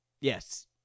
Yes